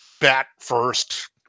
bat-first